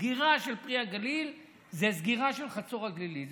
סגירה של פרי הגליל זו סגירה של חצור הגלילית.